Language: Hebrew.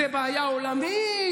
זו בעיה עולמית,